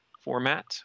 format